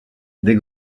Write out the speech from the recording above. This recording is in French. des